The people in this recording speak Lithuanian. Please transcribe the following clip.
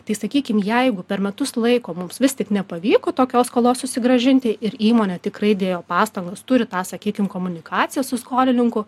tai sakykim jeigu per metus laiko mums vis tik nepavyko tokios skolos susigrąžinti ir įmonė tikrai dėjo pastangas turi tą sakykim komunikaciją su skolininku